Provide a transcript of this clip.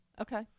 Okay